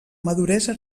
maduresa